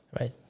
right